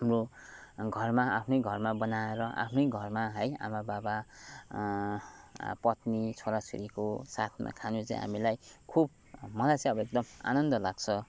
हाम्रो घरमा आफ्नै घरमा बनाएर आफ्नै घरमा है आमा बाबा पत्नी छोराछोरीको साथमा खानु चाहिँ हामीलाई खुब मलाई चाहिँ एकदम आनन्द लाग्छ